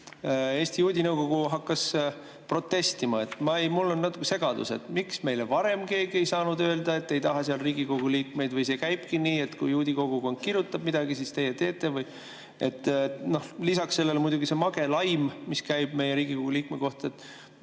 Eesti juudinõukogu hakkas protestima. Ma olen natuke segaduses. Miks meile varem keegi ei saanud öelda, et te ei taha sinna Riigikogu liikmeid? Või see käibki nii, et kui juudi kogukond kirjutab midagi, siis teie teete? Lisaks sellele muidugi see mage laim, mis käib meie Riigikogu liikme kohta.